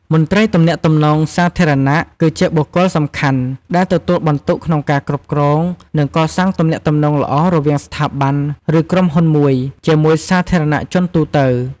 មន្ត្រីទំនាក់ទំនងសាធារណៈគឺជាបុគ្គលសំខាន់ដែលទទួលបន្ទុកក្នុងការគ្រប់គ្រង និងកសាងទំនាក់ទំនងល្អរវាងស្ថាប័ន ឬក្រុមហ៊ុនមួយ ជាមួយសាធារណជនទូទៅ។